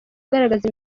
agaragaza